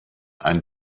ein